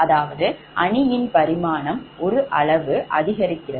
அதாவது அணியின் பரிமாணம் ஒரு 1 அளவு அதிகரிக்கிறது